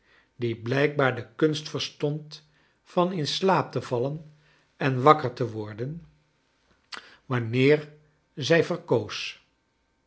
die blijkbaar de kunst verstond van in slaap te vallen en wakker te worden wanneer zij verkoos